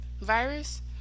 virus